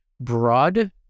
broad